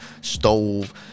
stove